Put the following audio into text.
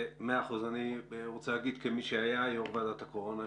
כמי שהיה יושב ראש ועדת הקורונה,